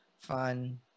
fun